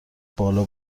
بالا